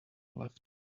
left